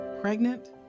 Pregnant